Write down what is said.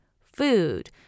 food